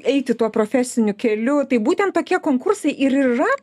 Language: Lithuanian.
eiti tuo profesiniu keliu tai būtent tokie konkursai ir yra